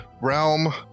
realm